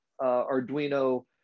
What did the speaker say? arduino